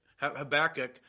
Habakkuk